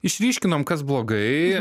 išryškinom kas blogai